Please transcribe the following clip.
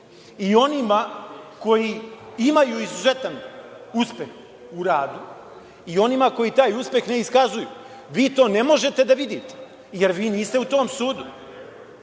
i onima koji imaju izuzetan uspeh u radu i onima koji taj uspeh ne iskazuju. Vi to ne možete da vidite, jer vi niste u tom sudu